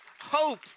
hope